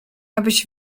abyś